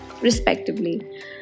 respectively